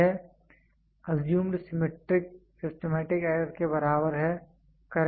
यह अजयूमड symmetric systematic error के बराबर है